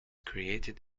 created